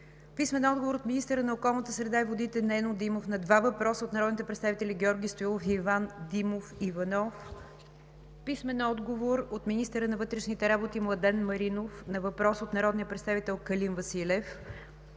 Бъчварова; - министъра на околната среда и водите Нено Димов на два въпроса от народните представители Георги Стоилов и Иван Димов Иванов; - министъра на вътрешните работи Младен Маринов на въпрос от народния представител Калин Василев;